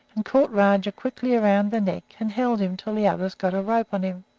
and caught rajah quickly around the neck and held him until the others got a rope on him.